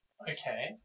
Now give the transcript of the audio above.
Okay